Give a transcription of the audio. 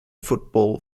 football